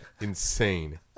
insane